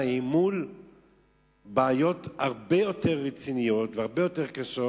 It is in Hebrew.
מול בעיות הרבה יותר רציניות והרבה יותר קשות.